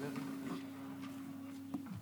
דיברתי על כך שיש לנו את המצב המדיני הקשה,